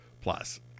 plus